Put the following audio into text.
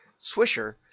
swisher